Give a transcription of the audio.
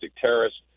terrorists